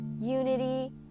unity